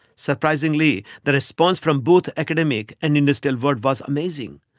surprisingly, the response from both academic and industrial world was amazing.